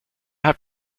hat